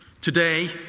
today